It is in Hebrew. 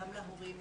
גם להורים,